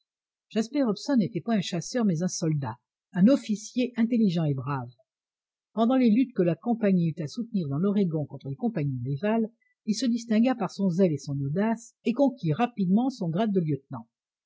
jasper hobson n'était point un chasseur mais un soldat un officier intelligent et brave pendant les luttes que la compagnie eut à soutenir dans l'orégon contre les compagnies rivales il se distingua par son zèle et son audace et conquit rapidement son grade de lieutenant